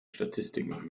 statistiken